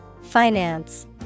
Finance